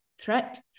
threat